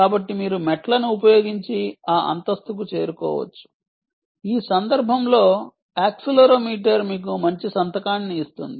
కాబట్టి మీరు మెట్లని ఉపయోగించి ఆ అంతస్తుకు చేరుకోవచ్చు ఈ సందర్భంలో యాక్సిలెరోమీటర్ మీకు మంచి సంతకాన్ని ఇస్తుంది